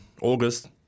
August